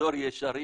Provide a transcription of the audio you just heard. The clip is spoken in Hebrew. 'דור ישרים'.